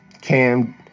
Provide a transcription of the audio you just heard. Cam